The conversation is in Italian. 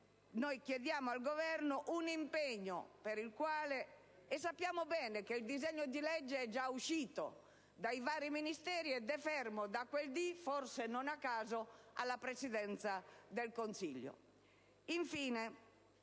anni, chiediamo al Governo un impegno, perché sappiamo bene che il disegno di legge è già uscito dai vari Ministeri ed è fermo da quel dì, forse non a caso, alla Presidenza del Consiglio.